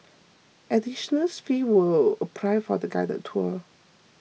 additional fees will apply for the guided tour